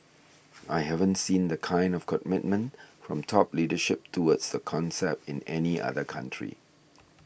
I haven't seen the kind of commitment from top leadership towards the concept in any other country